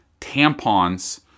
tampons